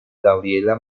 gabriela